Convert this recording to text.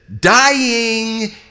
Dying